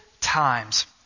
times